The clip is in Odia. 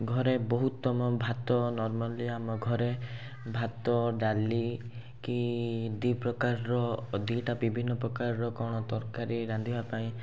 ଘରେ ବହୁତ ତୁମ ଭାତ ନର୍ମାଲି ଆମ ଘରେ ଭାତ ଡ଼ାଲି କି ଦୁଇପ୍ରକାରର ଦୁଇଟା ବିଭିନ୍ନ ପ୍ରକାରର କ'ଣ ତରକାରୀ ରାନ୍ଧିବା ପାଇଁ